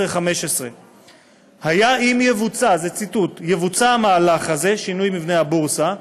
2015. ציטוט: היה אם יבוצע המהלך הזה שינוי מבנה הבורסה,